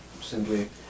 simply